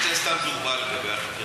קחי לך סתם, דוגמה, לגבי החקירה.